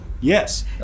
Yes